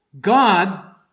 God